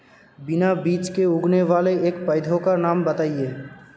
बिना बीज के उगने वाले एक पौधे का नाम बताइए